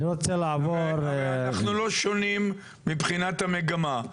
אבל אנחנו לא שונים מבחינת המגמה.